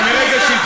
אני,